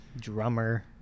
Drummer